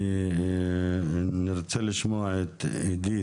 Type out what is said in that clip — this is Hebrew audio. אני רוצה לשמוע את אידית